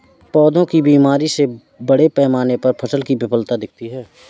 पौधों की बीमारी से बड़े पैमाने पर फसल की विफलता दिखती है